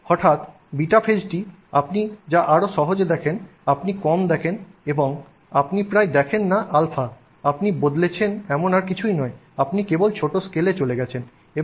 হঠাৎ β ফেজটি β phase আপনি যা আরও সহজে দেখেন আপনি কম দেখেন এবং আপনি প্রায় দেখেন না α আপনি বদলেছেন এমন আর কিছুই নয় আপনি কেবল ছোট স্কেলে চলে গেছেন